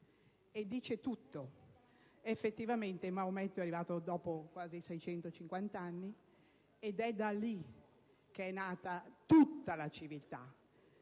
E dice tutto! Effettivamente Maometto è arrivato dopo quasi 650 anni, ed è da lì che è nata tutta la civiltà.